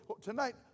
tonight